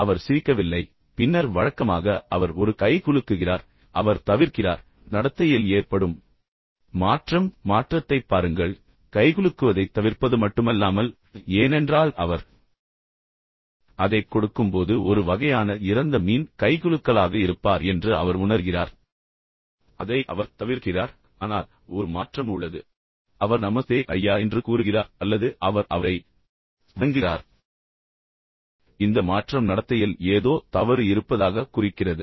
எனவே அவர் சிரிக்கவில்லை பின்னர் வழக்கமாக அவர் ஒரு கைகுலுக்குகிறார் அவர் தவிர்க்கிறார் இப்போது நடத்தையில் ஏற்படும் மாற்றம் மாற்றத்தைப் பாருங்கள் கைகுலுக்குவதைத் தவிர்ப்பது மட்டுமல்லாமல் ஏனென்றால் அவர் அதைக் கொடுக்கும்போது ஒரு வகையான இறந்த மீன் கைகுலுக்கலாக இருப்பார் என்று அவர் உணர்கிறார் அதை அவர் தவிர்க்கிறார் ஆனால் ஒரு மாற்றம் உள்ளது அவர் நமஸ்தே ஐயா என்று கூறுகிறார் அல்லது அவர் அவரை வணங்குகிறார் எனவே இந்த மாற்றம் நடத்தையில் ஏதோ தவறு இருப்பதாகக் குறிக்கிறது